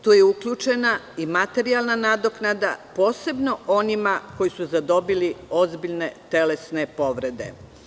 Tu je uključena i materijalna nadoknada, posebno onima koji su zadobili ozbiljne telesne povrede.